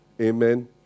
Amen